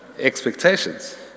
expectations